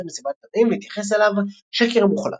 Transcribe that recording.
במסיבת עיתונאים והתייחס אליו "שקר מוחלט.